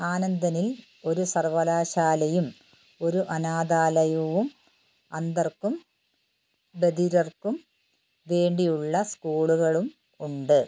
ആനന്ദ്വാനിൽ ഒരു സർവ്വകലാശാലയും ഒരു അനാഥാലയവും അന്ധർക്കും ബധിരർക്കും വേണ്ടിയുള്ള സ്കൂളുകളും ഉണ്ട്